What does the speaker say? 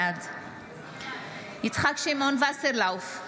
בעד יצחק שמעון וסרלאוף,